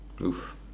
Oof